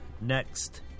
next